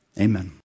Amen